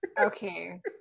Okay